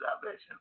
salvation